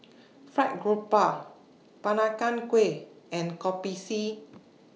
Fried Garoupa Peranakan Kueh and Kopi C